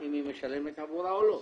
אם היא משלמת עבורה או לא.